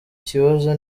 ikibazo